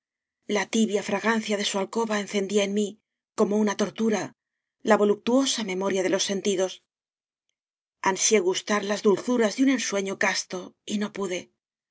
la tibia fragancia de su alcoba encendía en mí como una tor tura la voluptuosa memoria de los sentidos ansié gustar las dulzuras de un ensueño cas to y no pude